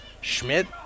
Schmidt